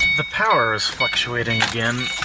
the power is fluctuating again,